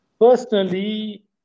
Personally